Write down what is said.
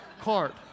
cart